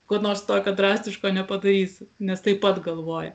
ko nors tokio drastiško nepadarys nes taip pat galvoja